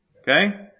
Okay